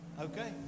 Okay